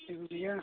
जेबो गैया